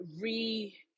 re